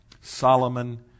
Solomon